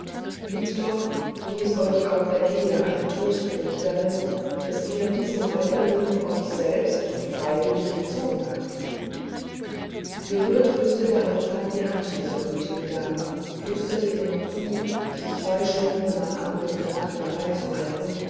liegt doch wie es euch auch ergehe ein trost für mich darin daß ihr diesem räuberleben euch selbst und freiwillig entzogen habt gerührt küßte der hauptmann die hand dieser gütigen dame flüsterte ihr noch zu sich zwei stunden nach anbruch der nacht